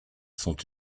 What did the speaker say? sont